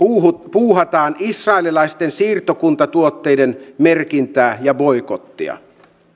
puuhataan israelilaisten siirtokuntatuotteiden merkintää ja boikottia